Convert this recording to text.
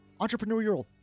entrepreneurial